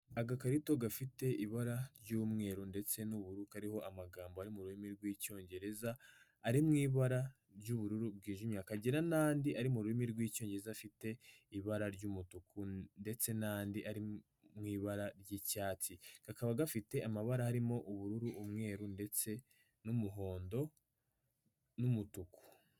Agakarito gafite ibara ry'umweru ndetse n'uburururiho amagambo ari mu rurimi rw'icyongereza ari mu ibara ry'ubururu bwijimye kagira n'andi ari mu rurimi rw'icyongereza afite ibara ry'umutuku ndetse n'andi ariwi ibara ry'icyatsi, kakaba gafite amabara harimo ubururu n'umweru ndetse n'umuhondo n'umutuku.